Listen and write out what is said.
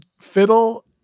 fiddle